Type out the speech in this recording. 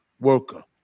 worker